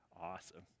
awesome